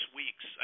weeks